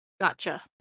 Gotcha